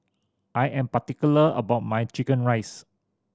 I am particular about my chicken rice